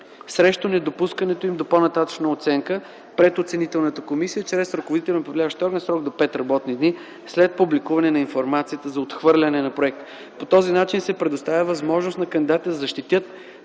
срещу недопускането им до по нататъшна оценка пред оценителната комисия, чрез ръководителят на управляващия орган в срок до пет работни дни, след публикуване на информацията за отхвърляне на проекта. По този начин се предоставя възможност на кандидатите да защитят